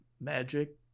magic